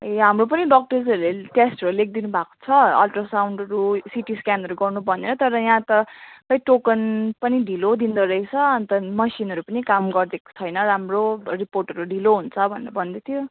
ए हाम्रो पनि डक्टर्सहरूले अहिले टेस्टहरू लेखिदिनु भएको छ अल्ट्रासाउन्डहरू सिटी स्क्यानहरू गर्नु भनेर तर यहाँ त खै टोकन पनि ढिलो दिँदोरहेछ अन्त मसिनहरू पनि काम गरिदिएको छैन राम्रो रिपोर्टहरू ढिलो हुन्छ भनेर भन्दैथ्यो